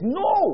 no